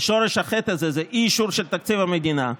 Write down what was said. שורש החטא הזה, אי-אישור של תקציב המדינה,